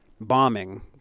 bombing